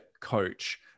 coach